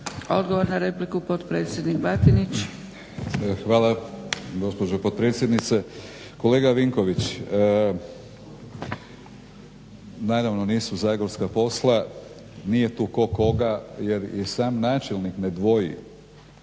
Odgovor na repliku potpredsjednik Batinić. **Batinić, Milorad (HNS)** Hvala gospođo potpredsjednice. Kolega Vinković, naravno nisu zagorska posla, nije tu ko koga, jer i sam načelnik ne dvoji